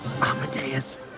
Amadeus